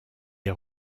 est